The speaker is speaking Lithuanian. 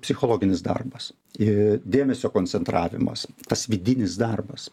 psichologinis darbas dėmesio koncentravimas tas vidinis darbas